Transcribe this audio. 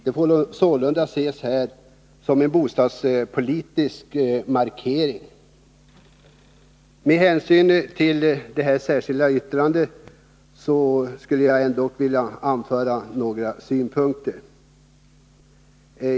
Det får ses som en bostadspolitisk markering. Med hänsyn till detta särskilda yttrande skulle jag vilja anföra några synpunkter.